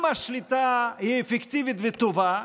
אם השליטה היא אפקטיבית וטובה,